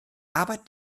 arbeit